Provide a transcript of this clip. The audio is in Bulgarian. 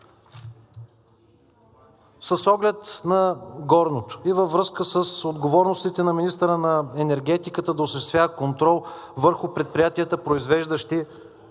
С оглед на горното и във връзка с отговорностите на министъра на енергетиката да осъществява контрол върху предприятията, произвеждащи